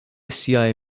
siaj